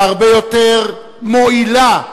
והרבה יותר מועילה,